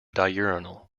diurnal